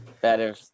better